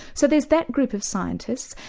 so there's that group of scientists.